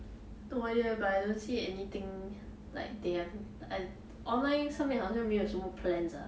no idea eh but I don't see anything like they have I online 上面好像没有什么 plans ah